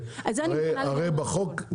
הרי בחוק,